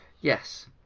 Yes